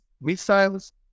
missiles